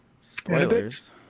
Spoilers